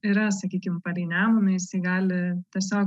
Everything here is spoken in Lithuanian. yra sakykim palei nemuną jisai gali tiesiog